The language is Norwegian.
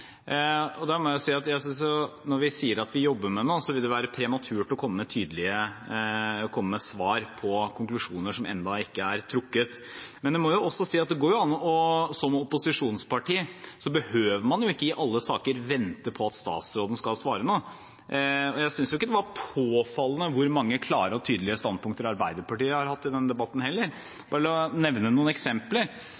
Jeg synes at når vi sier at vi jobber med noe, vil det være prematurt å komme med svar på konklusjoner som ennå ikke er trukket. Men det må også sies at som opposisjonsparti behøver man ikke i alle saker å vente på at statsråden skal svare noe. Jeg synes ikke det var påfallende mange klare og tydelige standpunkter fra Arbeiderpartiet i denne debatten heller. La meg nevne noen eksempler: